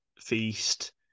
Feast